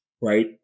right